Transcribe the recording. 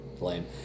lame